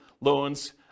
loans